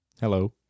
Hello